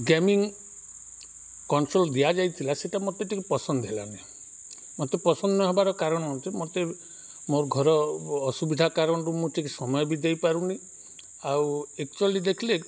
gaming control ଦିଆଯାଇଥିଲା ସେଇଟା ମୋତେ ଟିକେ ପସନ୍ଦ ହେଲାନି ମୋତେ ପସନ୍ଦ ନ ହେବାର କାରଣ ମୋତେ ମୋର ଘର ଅସୁବିଧା କାରଣରୁ ମୁଁ ଟିକେ ସମୟ ବି ଦେଇପାରୁନି ଆଉ ଏକଚୁଆଲି ଦେଖିଲେ